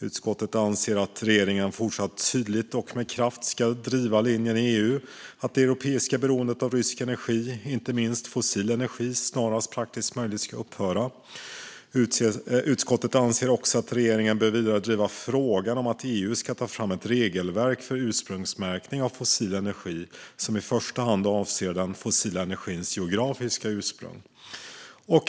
Utskottet anser att regeringen tydligt och med kraft ska fortsätta att driva linjen i EU att det europeiska beroendet av rysk energi, inte minst fossil energi, snarast praktiskt möjligt ska upphöra. Utskottet anser också att regeringen vidare bör driva frågan att EU ska ta fram ett regelverk för ursprungsmärkning av fossil energi som i första hand avser den fossila energins geografiska ursprung.